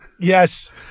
Yes